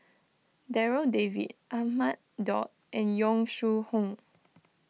Darryl David Ahmad Daud and Yong Shu Hoong